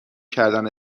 کردن